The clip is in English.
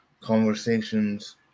conversations